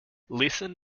listen